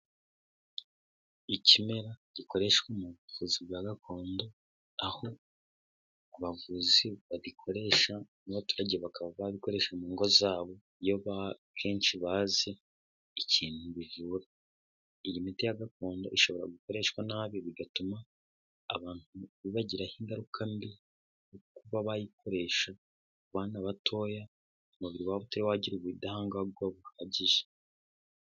Ikimera gikoreshwa mu buvuzi bwa gakondo aho abavuzi babikoresha n'abaturage bakaba babikoresha mu ngo zabo iyokenshi bazi ikintu bivura, iyi miti ya gakondo ishobora gukoreshwa nabi bigatuma abantu bibagiraho ingaruka mbi, kuba bayikoresha ku bana batoya umubiri wabo utaragira ubudahangarwa buhagije.